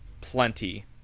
plenty